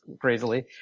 crazily